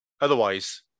otherwise